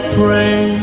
pray